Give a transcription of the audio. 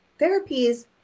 therapies